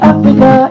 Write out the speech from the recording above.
Africa